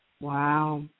Wow